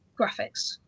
graphics